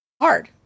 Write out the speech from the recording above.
hard